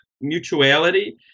mutuality